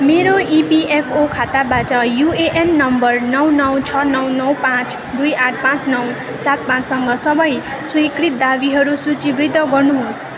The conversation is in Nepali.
मेरो इपिएफओ खाताबाट युएएन नम्बर नौ नौ छ नौ नौ पाँच दुई आठ पाँच नौ सात पाँच सँग सबै स्वीकृत दावीहरू सूचीबद्ध गर्नुहोस्